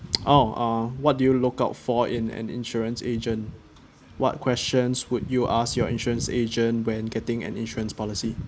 oh uh what do you look out for in an insurance agent what questions would you ask your insurance agent when getting an insurance policy